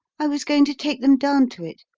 i was going to take them down to it.